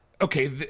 okay